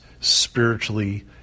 spiritually